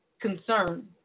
concern